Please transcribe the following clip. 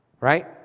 Right